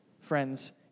friends